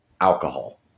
alcohol